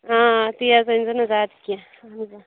تیز أنۍزیٚو نہٕ زیادٕ کیٚنٛہہ اَہَن حظ آ